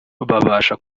babasha